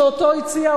שאותו הציע,